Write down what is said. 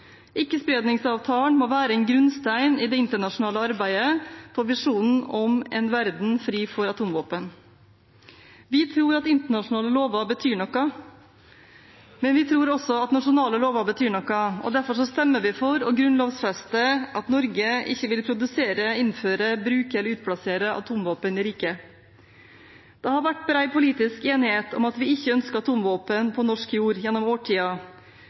Ikkespredningsavtalen må være en grunnstein i det internasjonale arbeidet for visjonen om en verden fri for atomvåpen. Vi tror at internasjonale lover betyr noe, men vi tror også at nasjonale lover betyr noe, og derfor stemmer vi for å grunnlovfeste at Norge ikke vil produsere, innføre, bruke eller utplassere atomvåpen i riket. Det har vært bred politisk enighet om at vi ikke ønsker atomvåpen på norsk jord gjennom